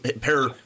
pair –